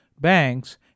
banks